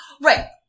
right